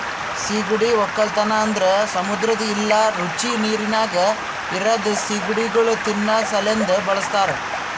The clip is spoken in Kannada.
ಸೀಗಡಿ ಒಕ್ಕಲತನ ಅಂದುರ್ ಸಮುದ್ರ ಇಲ್ಲಾ ರುಚಿ ನೀರಿನಾಗ್ ಇರದ್ ಸೀಗಡಿಗೊಳ್ ತಿನ್ನಾ ಸಲೆಂದ್ ಬಳಸ್ತಾರ್